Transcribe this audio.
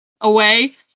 away